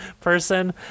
person